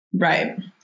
Right